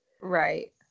Right